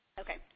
Okay